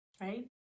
right